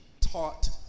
taught